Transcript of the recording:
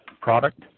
product